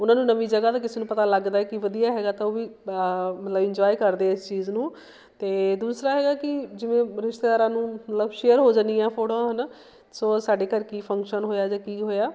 ਉਹਨਾਂ ਨੂੰ ਨਵੀਂ ਜਗ੍ਹਾ ਦਾ ਕਿਸੇ ਨੂੰ ਪਤਾ ਲੱਗਦਾ ਕਿ ਵਧੀਆ ਹੈਗਾ ਤਾਂ ਉਹ ਵੀ ਮਤਲਬ ਇੰਜੋਏ ਕਰਦੇ ਇਸ ਚੀਜ਼ ਨੂੰ ਅਤੇ ਦੂਸਰਾ ਹੈਗਾ ਕਿ ਜਿਵੇਂ ਰਿਸ਼ਤੇਦਾਰਾਂ ਨੂੰ ਲਵ ਸ਼ੇਅਰ ਹੋ ਜਾਨੀ ਆ ਫੋਟੋਆਂ ਹੈ ਨਾ ਸੋ ਸਾਡੇ ਕਰਕੇ ਕੀ ਫੰਕਸ਼ਨ ਹੋਇਆ ਜਾਂ ਕੀ ਹੋਇਆ